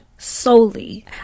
solely